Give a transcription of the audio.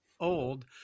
old